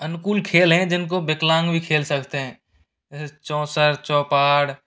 अनुकूल खेल हैं जिनको विकलांग भी खेल सकते हैं जैसे चौंसर चौपाड़